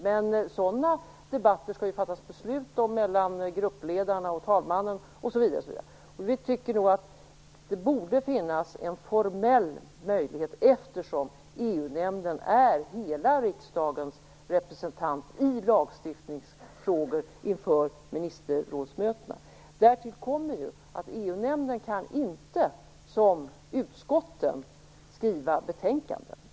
Men sådana debatter skall det fattas beslut om mellan gruppledarna och talmannen, osv. Vi tycker att det borde finnas en formell möjlighet, eftersom EU-nämnden är hela riksdagens representant i lagstiftningsfrågor inför ministerrådsmötena. Därtill kommer att EU-nämnden inte som utskotten kan skriva betänkanden.